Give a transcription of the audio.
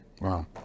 Wow